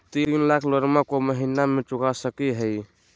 तीन लाख लोनमा को महीना मे चुका सकी हय?